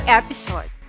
episode